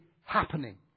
happening